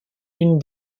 une